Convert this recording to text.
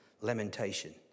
lamentation